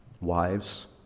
Wives